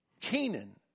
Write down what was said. Canaan